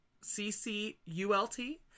C-C-U-L-T